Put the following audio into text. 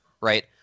right